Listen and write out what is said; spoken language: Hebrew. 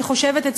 אני חושבת,